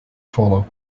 follow